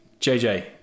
JJ